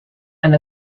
and